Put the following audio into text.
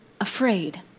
afraid